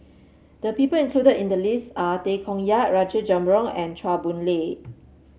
the people included in the list are Tay Koh Yat Rajabali Jumabhoy and Chua Boon Lay